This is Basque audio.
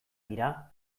dira